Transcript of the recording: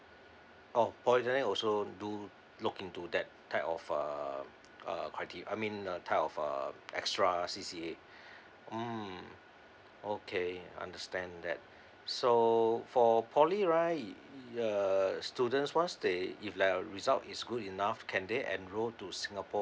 oh polytechnic also do look into that type of uh uh crite~ I I mean uh type of uh extra C_C_A mm okay understand that so for poly right we uh students once they if like result is good enough can they enrol to singapore